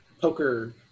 poker